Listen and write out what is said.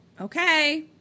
okay